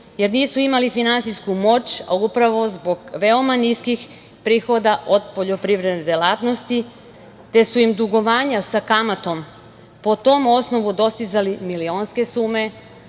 jer nisu imali finansijsku moć, a upravo zbog veoma niskih prihoda od poljoprivredne delatnosti, te su im dugovanja sa kamatom po tom osnovu dostizali milionske sume,